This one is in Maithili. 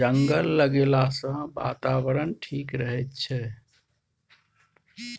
जंगल लगैला सँ बातावरण ठीक रहै छै